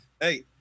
Hey